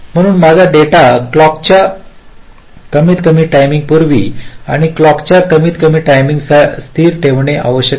म्हणून माझा data clock च्या कमीतकमी टायमिंग पूर्वी आणि क्लॉक च्या कमीतकमी टायमिंग स स्थिर ठेवणे आवश्यक आहे